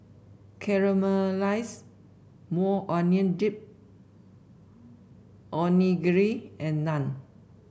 Caramelized Maui Onion Dip Onigiri and Naan